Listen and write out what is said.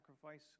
sacrifice